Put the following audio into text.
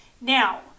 Now